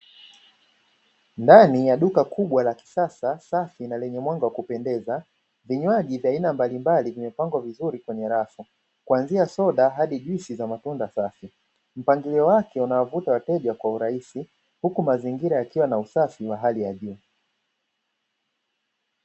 Ndani ya duka kubwa la kisasa safi na lenye mwanga wa kupendeza vinywaji vya aina mbalimbali vimepangwa vizuri kwenye rafu, kuanzia soda hadi juisi za matunda safi, mpangilio wake unawavuta wateja kwa urahisi huku mazingira yakiwa na usafi wa hali ya juu.